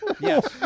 Yes